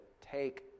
take